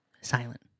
silent